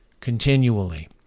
continually